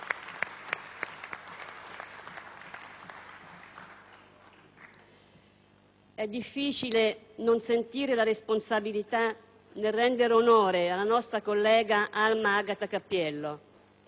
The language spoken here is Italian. È difficile non sentire la responsabilità nel rendere onore alla nostra collega Alma Agata Cappiello.